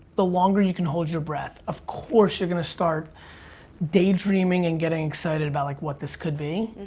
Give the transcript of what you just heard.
the longer you can hold your breath. of course you're gonna start day dreaming and getting excited about like what this could be.